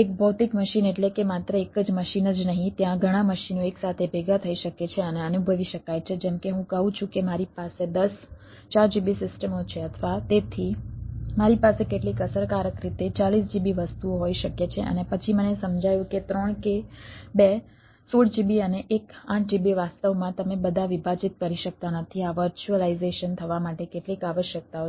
એક ભૌતિક મશીન એટલે કે માત્ર એક જ મશીન જ નહીં ત્યાં ઘણાં મશીનો એકસાથે ભેગા થઈ શકે છે અને અનુભવી શકાય છે જેમ કે હું કહું છું કે મારી પાસે દસ 4GB સિસ્ટમો છે અથવા તેથી મારી પાસે કેટલીક અસરકારક રીતે 40GB વસ્તુઓ હોઈ શકે છે અને પછી મને સમજાયું કે ત્રણ કે બે 16GB અને એક 8GB વાસ્તવમાં તમે બધા વિભાજીત કરી શકતા નથી આ વર્ચ્યુઅલાઈઝેશન થવા માટે કેટલીક આવશ્યકતાઓ છે